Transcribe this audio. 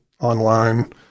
online